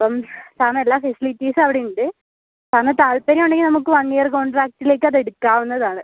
അപ്പം സാറിന് എല്ലാ ഫെസിലിറ്റീസും അവിടെ ഉണ്ട് സാറിന് താൽപ്പര്യം ഉണ്ടെങ്കിൽ നമുക്ക് വൺ ഇയർ കോൺട്രാക്ടിലേക്ക് അത് എടുക്കാവുന്നത് ആണ്